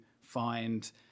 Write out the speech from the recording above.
find